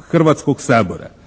Hrvatskog sabora.